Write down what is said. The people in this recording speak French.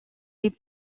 est